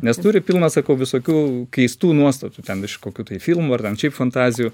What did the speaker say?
nes turi pilną sakau visokių keistų nuostatų ten iš kokių tai filmų ar ten šiaip fantazijų